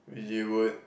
you would